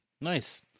Nice